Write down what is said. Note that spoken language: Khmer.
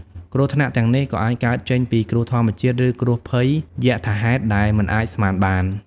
គ្រោះថ្នាក់ទាំងនេះក៏អាចកើតចេញពីគ្រោះធម្មជាតិ ឬគ្រោះភ័យយថាហេតុដែលមិនអាចស្មានបាន។